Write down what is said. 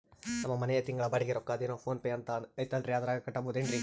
ನಮ್ಮ ಮನೆಯ ತಿಂಗಳ ಬಾಡಿಗೆ ರೊಕ್ಕ ಅದೇನೋ ಪೋನ್ ಪೇ ಅಂತಾ ಐತಲ್ರೇ ಅದರಾಗ ಕಟ್ಟಬಹುದೇನ್ರಿ?